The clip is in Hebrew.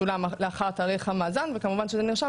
שולם לאחר תאריך המאזן וכמובן שזה נרשם